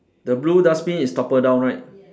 the blue dustbin is toppled down right